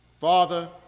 Father